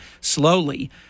slowly